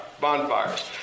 bonfires